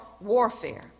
warfare